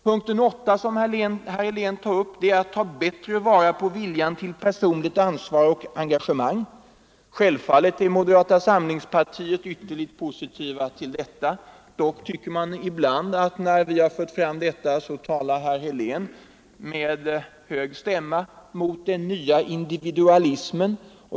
Punkten 8, som herr Helén tar upp, avser att man skall ta bättre vara på viljan till personligt ansvar och engagemang. Självfallet är vi inom moderata samlingspartiet ytterligt positiva till detta. Dock talar herr Helén ibland med hög stämma mot ”den nya individualismen”.